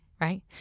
right